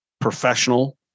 professional